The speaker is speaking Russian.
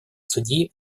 судьи